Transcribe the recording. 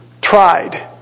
tried